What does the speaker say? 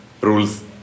rules